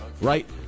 right